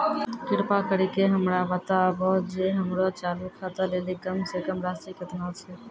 कृपा करि के हमरा बताबो जे हमरो चालू खाता लेली कम से कम राशि केतना छै?